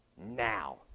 Now